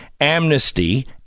amnesty